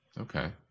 Okay